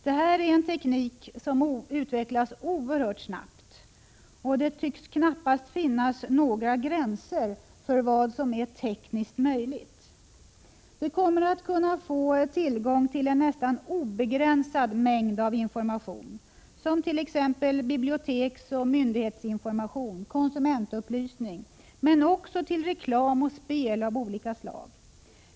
Detta är en teknik som utvecklas oerhört snabbt, och det tycks knappast finnas några gränser för vad som är tekniskt möjligt. Vi kommer att kunna få tillgång till en nästan obegränsad mängd av information, som t.ex. biblioteksoch myndighetsinformation, konsumentupplysning, men också tillreklam och spel av olika slag.